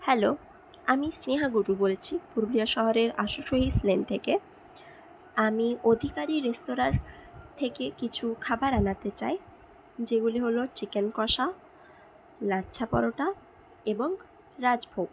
hello আমি স্নেহা গুরু বলছি পুরুলিয়া শহরের আসুসহিস লেন থেকে আমি অধিকারী রেস্তোরাঁর থেকে কিছু খাবার আনাতে চাই যেগুলি হল চিকেন কষা লাচ্ছা পরোটা এবং রাজভোগ